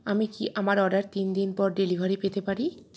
আমি কি আমার অর্ডার তিন দিন পর ডেলিভারি পেতে পারি